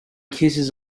kisses